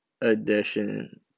edition